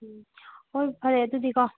ꯎꯝ ꯍꯣꯏ ꯐꯔꯦ ꯑꯗꯨꯗꯤꯀꯣ